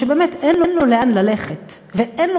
שבאמת אין לו לאן ללכת ובאמת אין לו